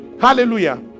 hallelujah